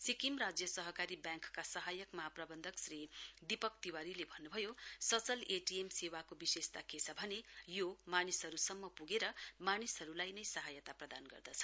सिक्किम राज्य सहकारी ब्याङ्कका सहायक महाप्रबन्धक श्री दीपक तिवारीले भन्नु भयो सचल एटीएम सेवाको विशेषता के छ भने यो मानिसहरू सम्म प्गेर मानिसहरूलाई नै सहायता प्रदान गर्दछ